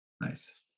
Nice